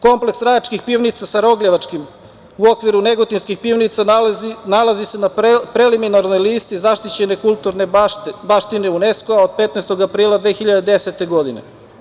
Kompleks Rajačkih pivnica sa Rogljevačkim, u okviru Negotinskih pivnica se nalazi na preliminarnoj listi zaštićene kulturne baštine UNESKO od 15. aprila 2010. godine.